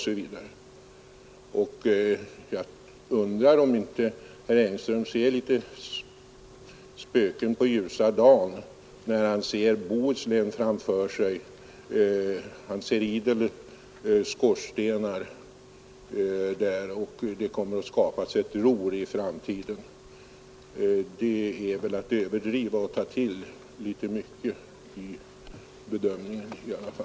Jag undrar om inte herr Engström ser spöken på ljusa dagen när han ser Bohuslän framför sig; han ser idel skorstenar som ger en vision av ett Ruhr i framtiden. Det är väl ändå att överdriva.